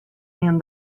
and